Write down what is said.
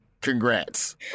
Congrats